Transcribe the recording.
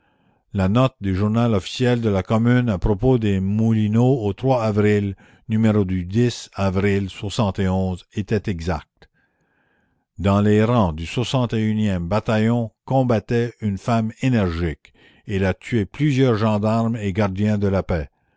la note du journal officiel de la commune à propos des moulineaux au avril numéro du avril était exacte dans les rangs du e bataillon combattait une femme énergique elle a tué plusieurs gendarmes et gardiens de la paix